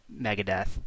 Megadeth